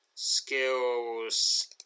...skills